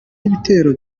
y’ibitero